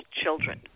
children